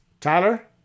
Tyler